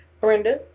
Brenda